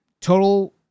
Total